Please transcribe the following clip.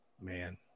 man